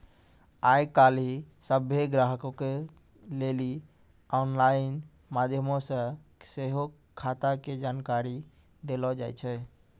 आइ काल्हि सभ्भे ग्राहको के लेली आनलाइन माध्यमो से सेहो खाता के जानकारी देलो जाय छै